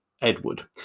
Edward